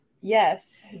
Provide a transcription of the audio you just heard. Yes